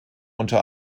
unter